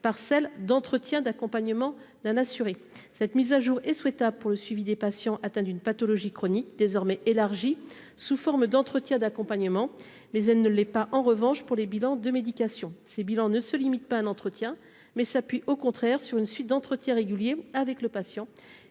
par celle d'« entretiens d'accompagnement d'un assuré ». Cette mise à jour est souhaitable pour le suivi des patients atteints d'une pathologie chronique, désormais élargi sous forme d'entretiens d'accompagnement. En revanche, elle ne l'est pour les bilans de médication, qui ne se limitent pas à un entretien, mais s'appuient au contraire sur une suite d'entretiens réguliers avec le patient